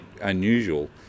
unusual